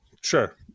sure